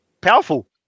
Powerful